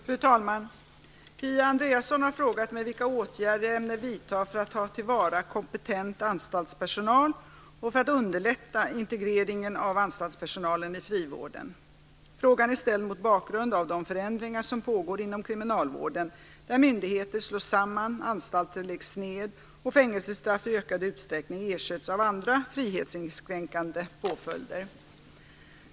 Fru talman! Kia Andreasson har frågat mig vilka åtgärder jag ämnar vidta för att ta till vara kompetent anstaltspersonal och för att underlätta integreringen av anstaltspersonalen i frivården. Frågan är ställd mot bakgrund av de förändringar som pågår inom kriminalvården, där myndigheter slås samman, anstalter läggs ned och fängelsestraff i ökad utsträckning ersätts av andra frihetsinskränkande påföljder.